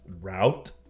route